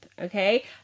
Okay